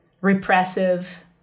repressive